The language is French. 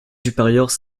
supérieurs